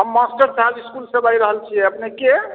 हम मास्टर साहब इसकुल से बाजि रहल छियै अपनेके